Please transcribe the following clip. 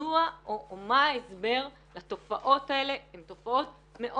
מדוע או מה ההסבר לתופעות האלה,